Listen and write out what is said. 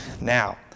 Now